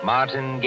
Martin